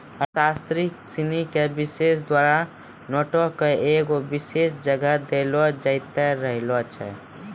अर्थशास्त्री सिनी के द्वारा नोटो के एगो विशेष जगह देलो जैते रहलो छै